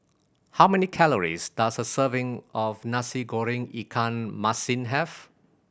how many calories does a serving of Nasi Goreng ikan masin have